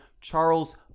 charles